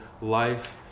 life